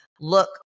look